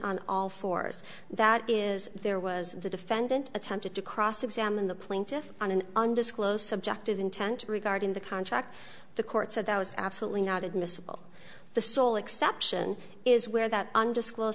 on all fours that is there was the defendant attempted to cross examine the plaintiff on an undisclosed subjective intent regarding the contract the court said that was absolutely not admissible the sole exception is where that undisclosed